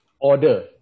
order